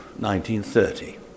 1930